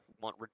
want